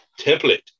Template